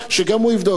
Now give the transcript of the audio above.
שגם הוא יבדוק.